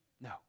No